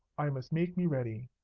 i must make me ready.